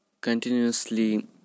continuously